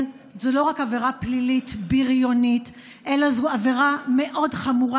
זו לא רק עבירה פלילית בריונית אלא זו עבירה מאוד חמורה,